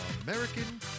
American